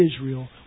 Israel